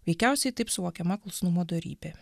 veikiausiai taip suvokiama klusnumo dorybė